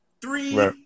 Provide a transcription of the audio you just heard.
Three